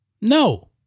No